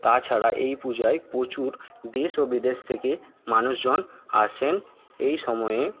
তাছাড়া এই পূজায় প্রচুর দেশ ও বিদেশ থেকে মানুষজন আসেন এই সময়ে